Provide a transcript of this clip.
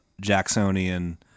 Jacksonian